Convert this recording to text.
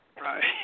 Right